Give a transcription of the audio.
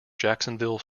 jacksonville